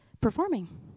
performing